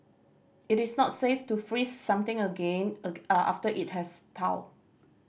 it is not safe to freeze something again after it has thawed